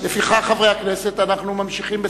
לפיכך, חברי הכנסת, אנחנו ממשיכים בסדר-היום.